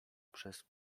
przez